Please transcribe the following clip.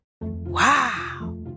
Wow